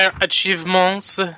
achievements